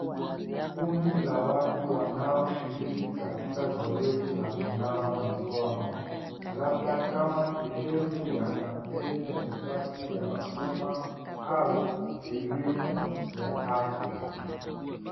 Kundi la watu wanaoshiriki katika zoezi la kunawa mikono labda kama sehemu ya kampeni ya usafi ya umma au elimu ya afya.